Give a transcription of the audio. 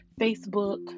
Facebook